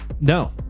no